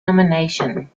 nomination